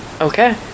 okay